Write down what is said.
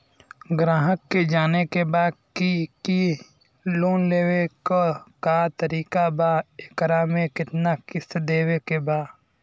ग्राहक के जाने के बा की की लोन लेवे क का तरीका बा एकरा में कितना किस्त देवे के बा?